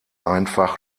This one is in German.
einfach